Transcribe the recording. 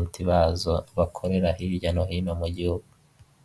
umuvuduko ndetse kikanahagarara rimwe na rimwe.